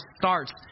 starts